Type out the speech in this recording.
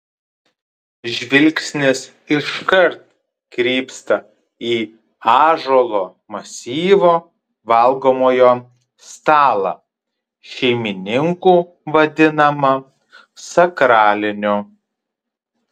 žvilgsnis iškart krypsta į ąžuolo masyvo valgomojo stalą šeimininkų vadinamą sakraliniu